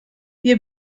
wir